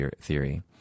theory